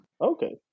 Okay